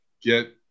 get